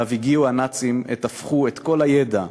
שאליו הגיעו הנאצים עת הפכו את כל הידע,